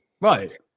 Right